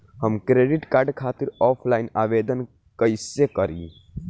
हम credit card खातिर offline आवेदन कइसे करि?